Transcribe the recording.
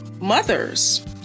mothers